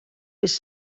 was